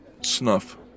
snuff